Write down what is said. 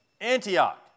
Antioch